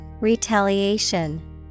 Retaliation